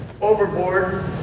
overboard